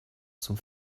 zum